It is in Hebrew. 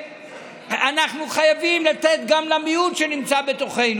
כשאנחנו חייבים לתת גם למיעוט שנמצא בתוכנו.